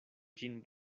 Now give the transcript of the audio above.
ĝin